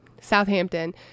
Southampton